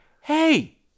Hey